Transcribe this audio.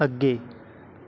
ਅੱਗੇ